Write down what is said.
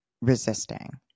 resisting